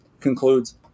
concludes